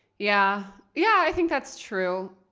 yeah. yeah, i think that's true.